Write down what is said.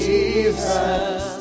Jesus